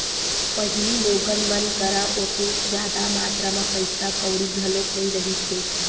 पहिली लोगन मन करा ओतेक जादा मातरा म पइसा कउड़ी घलो नइ रिहिस हे